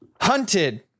Hunted